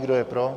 Kdo je pro?